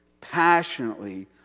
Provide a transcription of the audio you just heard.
passionately